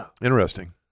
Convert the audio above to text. Interesting